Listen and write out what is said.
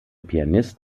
pianist